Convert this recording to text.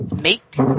Mate